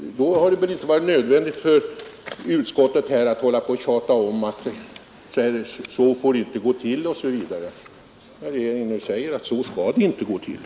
Det är väl inte nödvändigt för utskottet att hålla på och tjata om att så får det inte gå till, när regeringen säger att så skall det inte gå till.